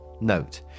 Note